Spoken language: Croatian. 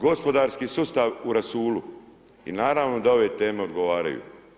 Gospodarski sustav u rasulu i naravno da ove teme odgovaraju.